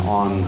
on